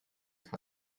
kann